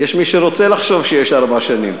יש מי שרוצה לחשוב שיש ארבע שנים,